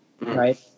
Right